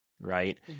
right